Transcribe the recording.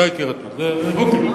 ואז זה עוד יותר מצמצם לך את הפער בין,